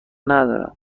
ندارم